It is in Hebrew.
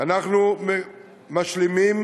אנחנו משלימים